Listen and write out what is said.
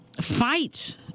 fight